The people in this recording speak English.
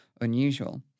unusual